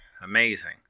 Amazing